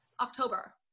October